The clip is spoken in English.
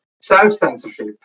self-censorship